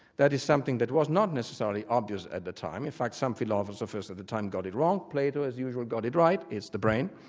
that is something that was not necessarily obvious at the time, in fact some philosophers at the time got it wrong plato as usual got it right, it's the brain.